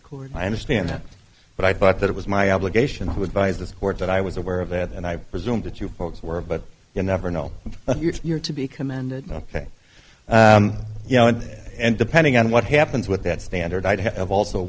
court i understand that but i thought that it was my obligation who advised this court that i was aware of that and i presume that you folks were but you never know if you're to be commended ok yeah and depending on what happens with that standard i'd have also